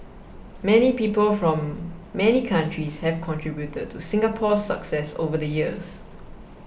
many people from many countries have contributed to Singapore's success over the years